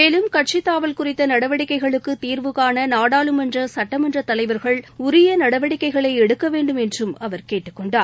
மேலும் கட்சித்தாவல் குறித்த நடவடிக்கைகளுக்கு தீர்வுகாண நாடாளுமன்ற சட்டமன்ற தலைவர்கள் உரிய நடவடிக்கைகளை எடுக்க வேண்டும் என்றும் அவர் கேட்டுக் கொண்டார்